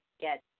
get